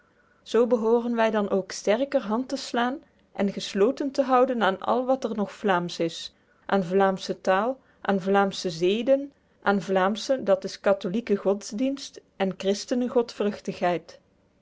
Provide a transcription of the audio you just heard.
behooren wy dan ook sterker hand te slaen en gesloten te houden aen al wat er nog vlaemsch is aen vlaemsche tael aen vlaemsche zeden aen vlaemschen dat is katholieken godsdienst en christene godvruchtigheid